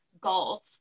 golf